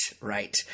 Right